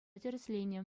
тӗрӗсленӗ